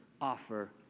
offer